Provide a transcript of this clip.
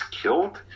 killed